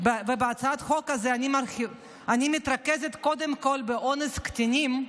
בהצעת החוק הזאת אני מתרכזת קודם כול באונס קטינים,